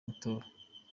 matora